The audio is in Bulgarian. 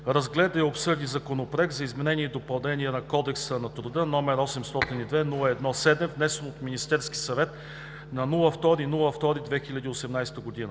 разгледа и обсъди Законопроект за изменение и допълнение на Кодекса на труда, № 802-01-7, внесен от Министерския съвет на 2 февруари